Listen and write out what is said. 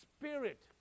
Spirit